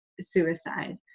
suicide